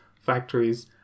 factories